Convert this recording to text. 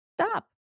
Stop